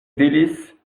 délices